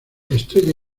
estrella